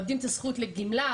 מאבדים את הזכות לגמלה.